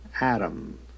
Adam